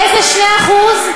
איזה 2%?